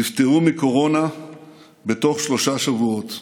נפטרו מקורונה בתוך שלושה שבועות.